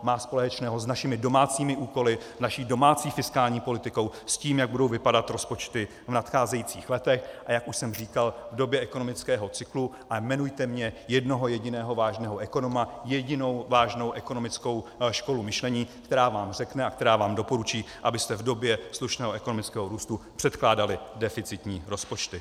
Má společného s našimi domácími úkoly, naší domácí fiskální politikou, s tím, jak budou vypadat rozpočty v nadcházejících letech, a jak už jsem říkal, v době ekonomického cyklu, a jmenujte mně jednoho jediného vážného ekonoma, jedinou vážnou ekonomickou školu myšlení, která vám řekne a která vám doporučí, abyste v době slušného ekonomického růstu předkládali deficitní rozpočty.